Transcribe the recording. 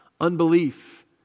Unbelief